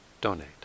donate